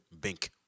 Bink